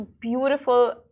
beautiful